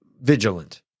vigilant